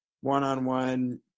one-on-one